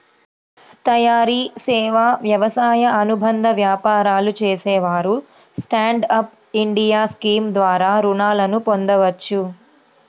తయారీ, సేవా, వ్యవసాయ అనుబంధ వ్యాపారాలు చేసేవారు స్టాండ్ అప్ ఇండియా స్కీమ్ ద్వారా రుణాలను పొందవచ్చు